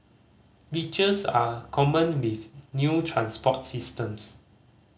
glitches are common with new transport systems